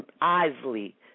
Isley